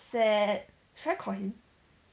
sad should I call him